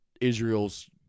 Israel's